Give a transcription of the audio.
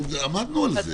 עמדנו על זה.